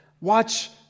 Watch